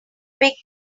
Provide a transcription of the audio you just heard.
big